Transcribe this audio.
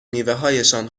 میوههایشان